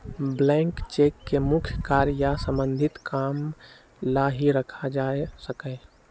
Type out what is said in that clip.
blank cheque के मुख्य कार्य या सम्बन्धित काम ला ही रखा जा सका हई